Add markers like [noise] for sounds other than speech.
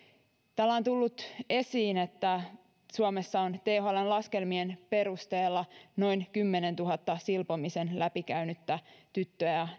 täällä on tullut esiin että suomessa on thln laskelmien perusteella noin kymmenentuhannen silpomisen läpikäynyttä tyttöä [unintelligible]